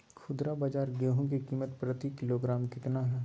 खुदरा बाजार गेंहू की कीमत प्रति किलोग्राम कितना है?